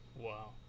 Wow